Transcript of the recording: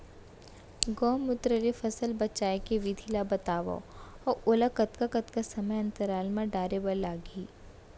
गौमूत्र ले फसल बचाए के विधि ला बतावव अऊ ओला कतका कतका समय अंतराल मा डाले बर लागही?